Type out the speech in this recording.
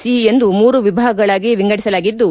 C ಎಂದು ಮೂರು ವಿಭಾಗಗಳಾಗಿ ವಿಂಗಡಿಸಲಾಗಿದ್ದು